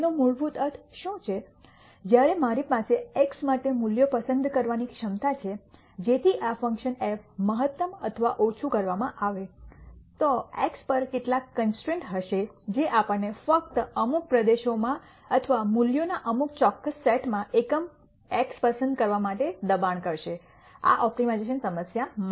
મૂળભૂત રીતે તેનો અર્થ શું છે જ્યારે મારી પાસે એક્સ માટે મૂલ્યો પસંદ કરવાની ક્ષમતા છે જેથી આ ફંક્શન f મહત્તમ અથવા ઓછું કરવામાં આવે તો એક્સ પર કેટલાક કન્સ્ટ્રેન્ટ્સ હશે જે આપણને ફક્ત અમુક પ્રદેશોમાં અથવા મૂલ્યોના અમુક ચોક્કસ સેટમાં એક્સ પસંદ કરવા દબાણ કરશે આ ઓપ્ટિમાઇઝેશન સમસ્યા માટે